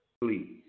please